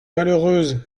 malheureuse